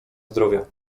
zdrowia